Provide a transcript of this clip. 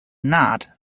not